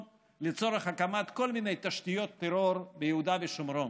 לצורך הקמת כל מיני תשתיות טרור ביהודה ושומרון.